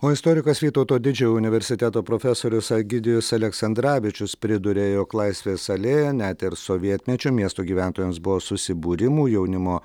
o istorikas vytauto didžiojo universiteto profesorius egidijus aleksandravičius priduria jog laisvės alėja net ir sovietmečiu miesto gyventojams buvo susibūrimų jaunimo